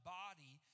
body